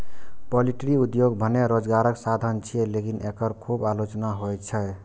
poultry उद्योग भने रोजगारक साधन छियै, लेकिन एकर खूब आलोचना होइ छै